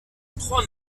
trois